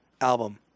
album